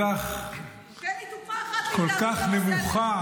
-- כשהיא רואה את ההתנהלות הכל-כך נמוכה